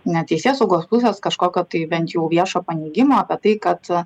net teisėsaugos pusės kažkokio tai bent jau viešo paneigimo apie tai kad